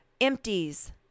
empties